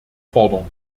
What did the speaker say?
fordern